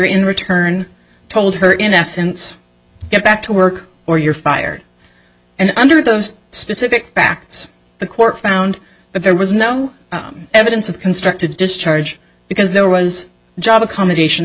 in return told her in essence get back to work or you're fired and under those specific facts the court found that there was no evidence of constructive discharge because there was job accommodation